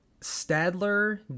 Stadler